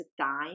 time